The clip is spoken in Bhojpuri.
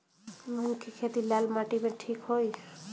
मूंग के खेती लाल माटी मे ठिक होई?